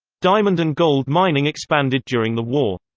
diamond and gold mining expanded during the war.